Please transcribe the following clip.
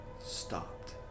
stopped